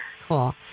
Cool